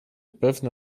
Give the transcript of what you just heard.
pewne